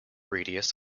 radius